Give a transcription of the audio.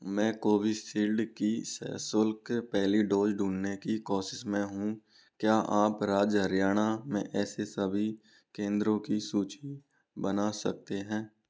मैं कोविशील्ड की सशुल्क पहली डोज़ ढूँढने की कोशिश में हूँ क्या आप राज्य हरियाणा में ऐसे सभी केंद्रों की सूची बना सकते हैं